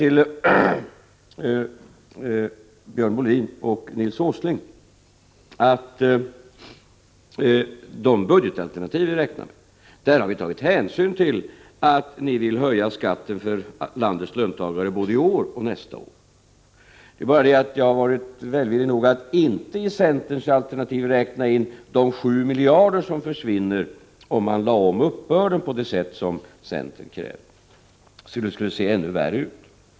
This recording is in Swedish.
Till Björn Molin och Nils Åsling vill jag säga: I det budgetalternativ som vi räknar med har vi tagit hänsyn till att ni vill höja skatten för landets löntagare både i år och nästa år. Det är bara det att jag har varit välvillig nog att i centerns alternativ inte räkna in de 7 miljarder som försvinner, om vi lägger om uppbörden på det sätt som centern kräver. Då skulle det se ännu värre ut.